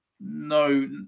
no